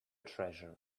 treasure